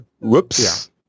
Whoops